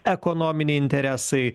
ekonominiai interesai